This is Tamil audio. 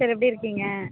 டீச்சர் எப்படி இருக்கீங்க